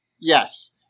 Yes